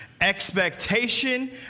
expectation